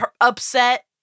upset